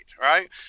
right